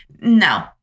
No